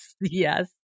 yes